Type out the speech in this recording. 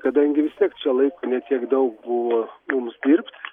kadangi vis tiek čia laiko ne daug buvo mums dirbt